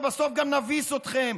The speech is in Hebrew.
ובסוף גם נביס אתכם,